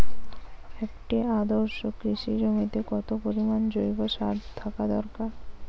একটি আদর্শ কৃষি জমিতে কত পরিমাণ জৈব সার থাকা দরকার?